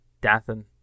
dathan